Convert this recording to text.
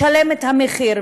לשלם את המחיר,